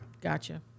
Gotcha